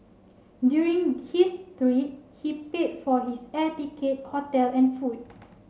during his three he paid for his air ticket hotel and food